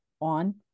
on